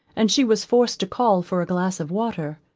and she was forced to call for a glass of water.